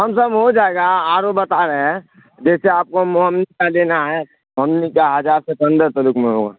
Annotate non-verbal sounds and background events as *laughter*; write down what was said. ہم سب ہو جائے گا آرو بتا رہے ہیں جیسے آپ کو *unintelligible* کا لینا ہے *unintelligible* کا ہزار سے پندرہ تک میں ہوا